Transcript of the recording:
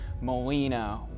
Molina